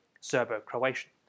Serbo-Croatian